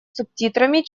субтитрами